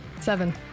Seven